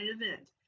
event